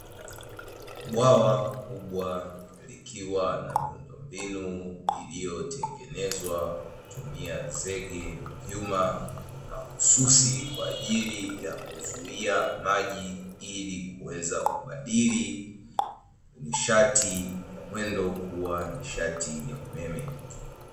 Bwawa kubwa likiwa na miundombinu, iliyotengenezwa kwa kutumia zege na vyuma mahususi kwa ajili ya kuzuia maji ili kuweza kubadili nishati ya mwendo kuwa nishati ya umeme.